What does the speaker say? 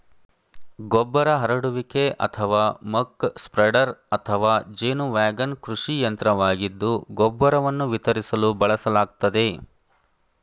ಗೊಬ್ಬರ ಹರಡುವಿಕೆ ಅಥವಾ ಮಕ್ ಸ್ಪ್ರೆಡರ್ ಅಥವಾ ಜೇನು ವ್ಯಾಗನ್ ಕೃಷಿ ಯಂತ್ರವಾಗಿದ್ದು ಗೊಬ್ಬರವನ್ನು ವಿತರಿಸಲು ಬಳಸಲಾಗ್ತದೆ